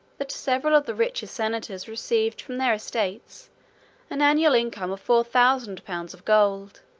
that several of the richest senators received from their estates an annual income of four thousand pounds of gold,